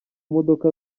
modoka